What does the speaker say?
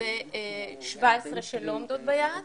ו-17 שלא עומדות ביעד,